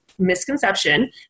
misconception